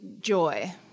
joy